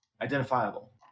identifiable